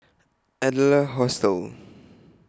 Adler Hostel